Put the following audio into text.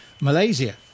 Malaysia